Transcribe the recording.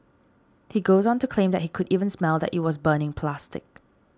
he goes on to claim that he could even smell that it was burning plastic